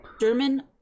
German